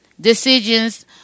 decisions